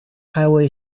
highway